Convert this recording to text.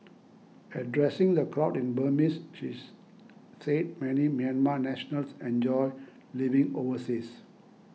addressing the crowd in Burmese she's said many Myanmar nationals enjoy living overseas